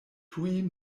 tuj